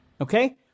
Okay